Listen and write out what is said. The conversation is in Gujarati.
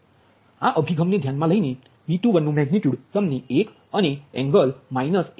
આ અભિગમને ધ્યાનમાં લઈનેV21નુ મેગનિટ્યુડ તમને 1 અને એંગલ માઈનસ 1